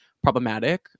problematic